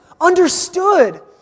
understood